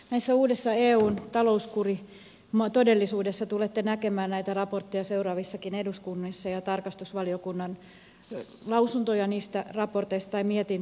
tässä uudessa eun talouskuritodellisuudessa tulette näkemään näitä raportteja seuraavissakin eduskunnissa ja tarkastusvaliokunnan mietintöjä niistä raporteista